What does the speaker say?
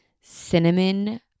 cinnamon